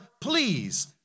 please